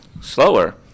slower